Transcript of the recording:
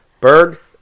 Berg